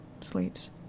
Sleeps